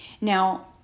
now